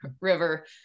river